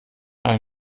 ein